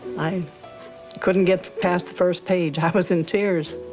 i couldn't get past the first page. i was in tears.